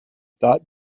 thought